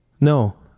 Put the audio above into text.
No